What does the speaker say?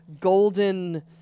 golden